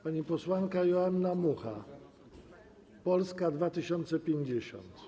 Pani posłanka Joanna Mucha, Polska 2050.